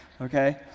okay